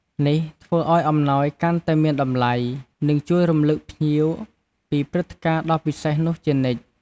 នេះធ្វើឲ្យអំណោយកាន់តែមានតម្លៃ និងជួយរំឭកភ្ញៀវពីព្រឹត្តិការណ៍ដ៏ពិសេសនោះជានិច្ច។